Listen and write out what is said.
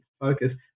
focus